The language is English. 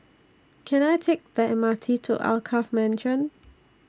Can I Take The M R T to Alkaff Mansion